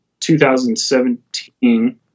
2017